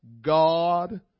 God